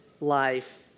life